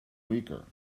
weaker